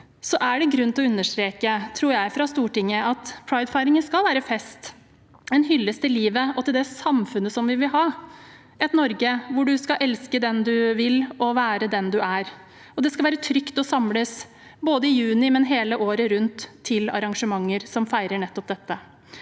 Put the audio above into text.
det er grunn til å understreke fra Stortinget at pridefeiringen skal være en fest og en hyllest til livet og det samfunnet vi vil ha: et Norge hvor du skal få elske den du vil, og være den du er. Det skal også være trygt å samles, både i juni og hele året rundt, til arrangementer som feirer nettopp